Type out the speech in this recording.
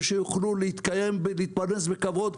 ושיוכלו להתקיים ולהתפרנס בכבוד,